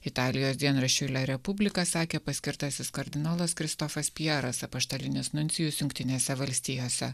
italijos dienraščiui respublika sakė paskirtasis kardinolas kristofas pjeras apaštalinis nuncijus jungtinėse valstijose